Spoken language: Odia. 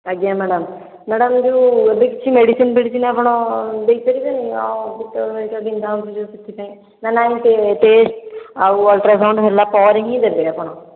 ଆଜ୍ଞା ମ୍ୟାଡ଼ାମ ମ୍ୟାଡ଼ାମ ଯେଉଁ ଏବେ କିଛି ମେଡ଼ିସିନ୍ ଫେଡିସିନ ଆପଣ ଦେଇପାରିବେନି ବିନ୍ଧା ହେଉଛି ଯେଉଁ ସେଥିପାଇଁ ନା ନାଇଁ ସେ ଟେଷ୍ଟ ଆଉ ଅଲଟ୍ରାସାଉଣ୍ଡ ହେଲାପରେ ହିଁ ଦେବେ ଆପଣ